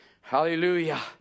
Hallelujah